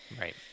Right